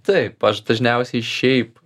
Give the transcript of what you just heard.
taip aš dažniausiai šiaip